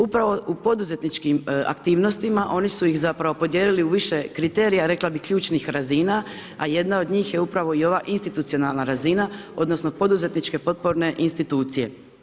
Upravo u poduzetničkim aktivnostima, oni su ih zapravo podijelili u više kriterija, rekla bih ključnih razina, a jedna od njih je upravo i ova institucionalna razina, odnosno poduzetničke potporne institucije.